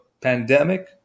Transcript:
pandemic